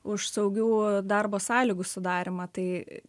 už saugių darbo sąlygų sudarymą tai